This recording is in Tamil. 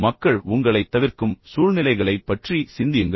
மக்கள் உங்களைத் தவிர்க்கும் சூழ்நிலைகளைப் பற்றி சிந்தியுங்கள்